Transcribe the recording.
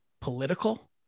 political